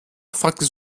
fragte